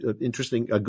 interesting